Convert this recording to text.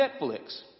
Netflix